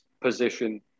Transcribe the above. position